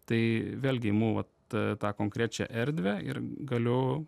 tai vėlgi imu vat tą konkrečią erdvę ir galiu